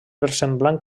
versemblant